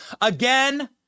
again